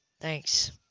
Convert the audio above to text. Thanks